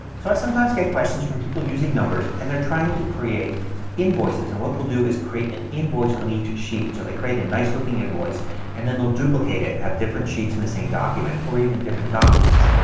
so i sometimes get questions from people using numbers and they're trying to create invoices. and what they'll do is create an invoice on each sheet. so they create a nice looking invoice and then they'll duplicate it and have different sheets in the same document or even different documents.